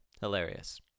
Hilarious